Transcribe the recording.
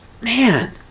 man